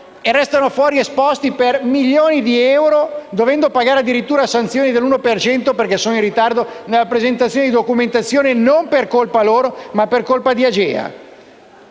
restano esposti per milioni di euro, dovendo pagare addirittura sanzioni dell'1 per cento perché sono in ritardo nella presentazione di documentazione, e non per colpa loro ma di AGEA?